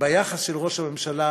ביחס של ראש הממשלה,